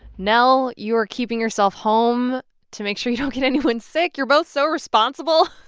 nell, you are keeping yourself home to make sure you don't get anyone sick. you're both so responsible.